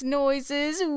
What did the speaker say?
noises